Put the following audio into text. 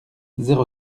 zéro